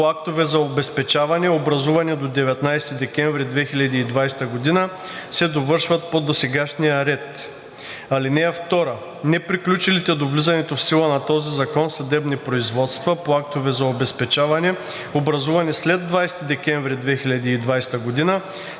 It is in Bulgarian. актове за обезпечаване, образувани до 19 декември 2020 г., се довършват по досегашния ред. (2) Неприключилите до влизането в сила на този закон съдебни производства по актове за обезпечаване, образувани след 20 декември 2020 г.,